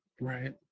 right